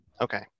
Okay